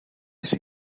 see